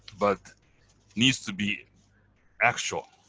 but needs to be actual.